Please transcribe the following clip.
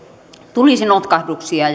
tulisi notkahduksia